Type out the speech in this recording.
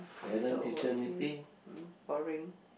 we talk about taste uh boring